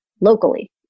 locally